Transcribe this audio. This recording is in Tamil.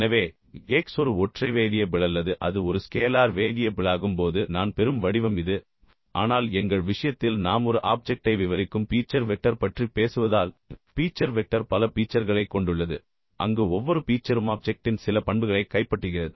எனவே x ஒரு ஒற்றை வேறியபிள் அல்லது அது ஒரு ஸ்கேலார் வேறியபிள் ஆகும்போது நான் பெறும் வடிவம் இது ஆனால் எங்கள் விஷயத்தில் நாம் ஒரு ஆப்ஜெக்ட்டை விவரிக்கும் பீச்சர் வெக்டர் பற்றி பேசுவதால் பீச்சர் வெக்டர் பல பீச்சர்களைக் கொண்டுள்ளது அங்கு ஒவ்வொரு பீச்சரும் ஆப்ஜெக்ட்டின் சில பண்புகளை கைப்பற்றுகிறது